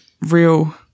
real